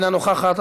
אינה נוכחת.